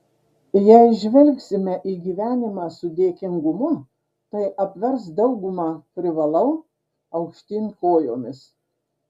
jei žvelgsime į gyvenimą su dėkingumu tai apvers daugumą privalau aukštyn kojomis